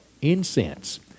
Incense